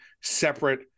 separate